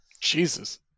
Jesus